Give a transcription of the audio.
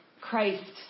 Christ